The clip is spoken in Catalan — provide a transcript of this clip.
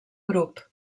grup